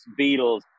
Beatles